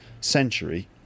century